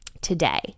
today